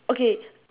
okay